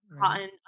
cotton